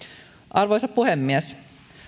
arvoisa puhemies